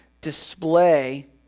display